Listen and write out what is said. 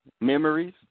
Memories